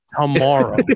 tomorrow